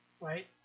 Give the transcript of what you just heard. Right